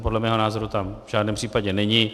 Podle mého názoru tam v žádném případě není.